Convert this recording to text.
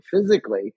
physically